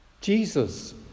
Jesus